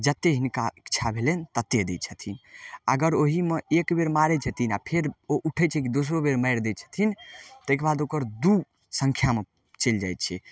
जते हिनका इच्छा भेलनि तते दै छथिन अगर ओहिमे एक बेर मारय छथिन आओर फेर उ उठय छै की दोसरो बेर मारि दै छथिन ताहिके बाद ओकर दू सङ्ख्यामे चलि जाइ छै